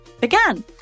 began